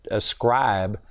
ascribe